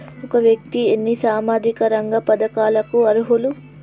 ఒక వ్యక్తి ఎన్ని సామాజిక రంగ పథకాలకు అర్హులు?